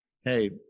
hey